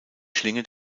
schlinge